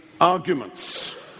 arguments